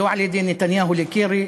לא על-ידי נתניהו לקרי,